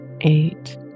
eight